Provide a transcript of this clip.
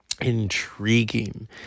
intriguing